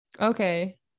Okay